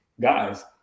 guys